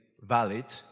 valid